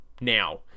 now